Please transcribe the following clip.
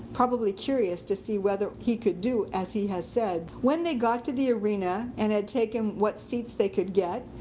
probably curious to see whether he could do as he said. when they got to the arena, and had taken what seats they could get,